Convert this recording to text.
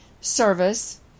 service